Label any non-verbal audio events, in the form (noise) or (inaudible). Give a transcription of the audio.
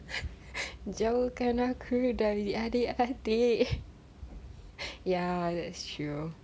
(laughs) jauhkan aku dari adik-adik ya that's true